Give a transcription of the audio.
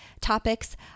topics